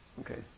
Okay